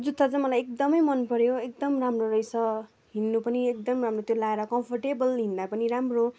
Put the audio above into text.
जुत्ता चाहिँ मलाई एकदम मन पऱ्यो एकदम राम्रो रहेछ हिँड्नु पनि एकदम राम्रो त्यो लगाएर कम्फर्टेबल हिँड्दा पनि राम्रो